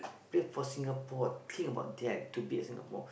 play for Singapore think about that to be at Singapore